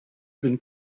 been